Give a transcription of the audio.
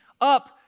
up